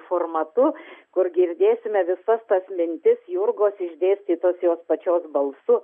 formatu kur girdėsime visas tas mintis jurgos išdėstytas jos pačios balsu